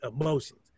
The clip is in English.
emotions